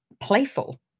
playful